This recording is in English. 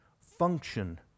function